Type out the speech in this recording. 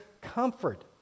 comfort